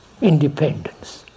independence